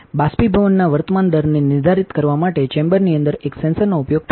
બાષ્પીભવનના વર્તમાન દરને નિર્ધારિત કરવા માટે ચેમ્બરની અંદર એક સેન્સરનો ઉપયોગ થાય છે